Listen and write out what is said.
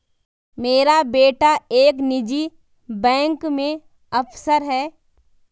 मेरा बेटा एक निजी बैंक में अफसर है